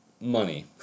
money